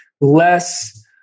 less